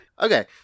Okay